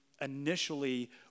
initially